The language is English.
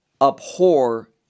abhor